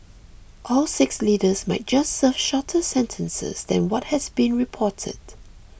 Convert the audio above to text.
all six leaders might just serve shorter sentences than what has been reported